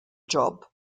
job